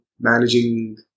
managing